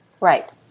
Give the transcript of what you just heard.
right